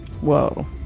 Whoa